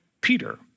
Peter